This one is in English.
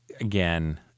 again